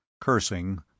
Cursing